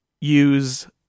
use